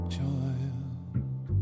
Child